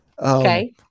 Okay